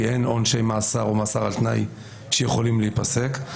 כי אין עונשי מאסר או מאסר על תנאי שיכולים להיפסק.